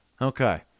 Okay